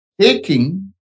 Taking